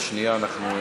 אז שנייה.